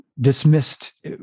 dismissed